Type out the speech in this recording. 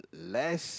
less